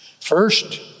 First